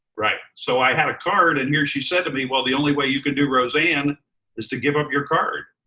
so i had a card and here she said to me, well, the only way you can do roseanne is to give up your card.